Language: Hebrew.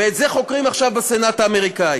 ואת זה חוקרים עכשיו בסנאט האמריקני.